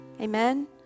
Amen